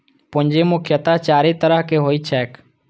पूंजी मुख्यतः चारि तरहक होइत छैक